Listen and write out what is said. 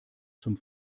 zum